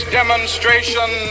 demonstration